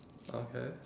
okay